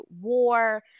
war